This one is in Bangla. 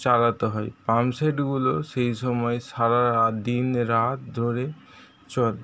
চালাতে হয় পাম্প সেটগুলো সেই সময় সারা দিনরাত ধরে চলে